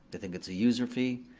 they think it's a user fee.